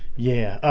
yeah